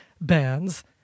bands